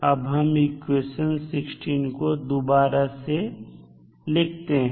अब हम इक्वेशन 16 को दोबारा से लिखते हैं